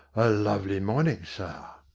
a lovely morning, sir.